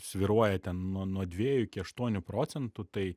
svyruoja ten nuo nuo dviejų iki aštuonių procentų tai